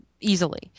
easily